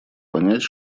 понять